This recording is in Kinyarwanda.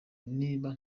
niba